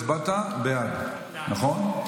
הצבעת בעד, נכון?